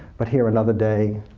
but here another day,